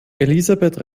elisabeth